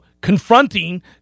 confronting